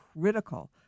critical